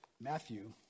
Matthew